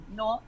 no